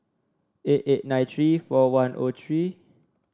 eight eight nine three four one O three